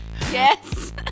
Yes